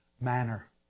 manner